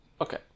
Okay